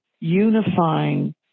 unifying